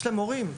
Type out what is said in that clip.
יש להם הורים.